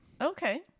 Okay